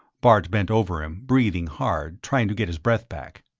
bart bent over him, breathing hard, trying to get his breath back.